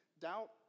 Doubt